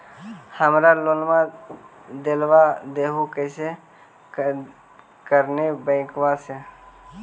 हमरा लोनवा देलवा देहो करने बैंकवा से?